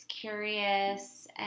curious